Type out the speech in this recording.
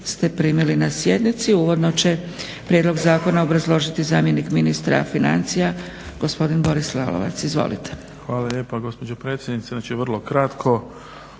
ste primili na sjednici. Uvodno će prijedlog zakona obrazložiti zamjenik ministra financija, gospodin Boris Lalovac. Izvolite. **Lalovac, Boris** Hvala lijepa gospođo potpredsjednice. Znači, vrlo kratko.